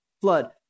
flood